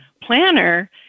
planner